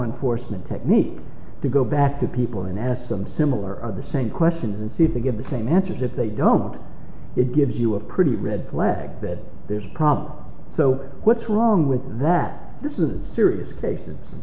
enforcement technique to go back to people in as some similar are the same questions and see if they give the same answers if they don't it gives you a pretty red flag that there's problem so what's wrong with that this is a serious case